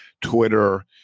Twitter